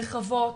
רחבות,